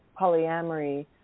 polyamory